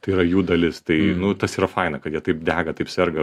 tai yra jų dalis tai nu tas yra faina kad jie taip dega taip serga